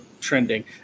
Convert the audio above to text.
trending